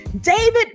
David